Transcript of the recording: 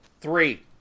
Three